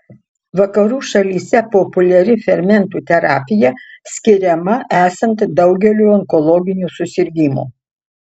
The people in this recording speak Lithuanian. vakarų šalyse populiari fermentų terapija skiriama esant daugeliui onkologinių susirgimų